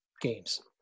games